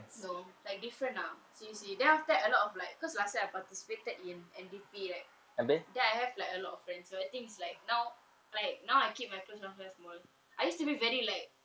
no like different ah see see then after that a lot of like cause last time I participated in N_D_P right then I have like a lot of friends who are things like now like now I keep my first welfare small I used to be very like